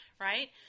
Right